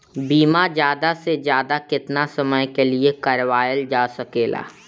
बीमा ज्यादा से ज्यादा केतना समय के लिए करवायल जा सकेला?